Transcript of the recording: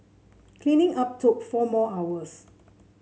cleaning up took four more hours